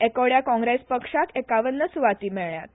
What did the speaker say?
एकोड्या काँग्रेस पक्षाक एकावन्न सुवाती मेळ्ळ्यात